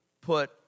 put